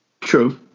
True